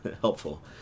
helpful